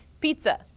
Pizza